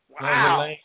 Wow